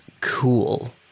cool